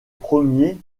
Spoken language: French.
premiers